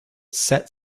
set